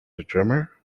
drummer